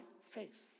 faith